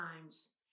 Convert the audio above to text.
times